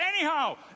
anyhow